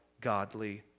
godly